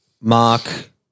Mark